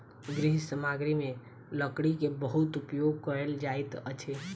गृह सामग्री में लकड़ी के बहुत उपयोग कयल जाइत अछि